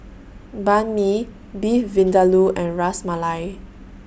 Banh MI Beef Vindaloo and Ras Malai